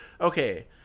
Okay